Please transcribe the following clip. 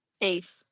Ace